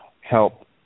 help